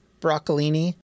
broccolini